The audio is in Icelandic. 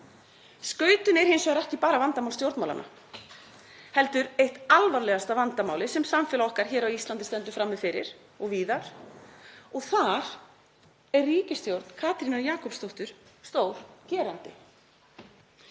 Skautun er hins vegar ekki bara vandamál stjórnmálanna, heldur eitt alvarlegasta vandamálið sem samfélag okkar hér á Íslandi stendur frammi fyrir og víðar og þar er ríkisstjórn Katrínar Jakobsdóttur stór gerandi.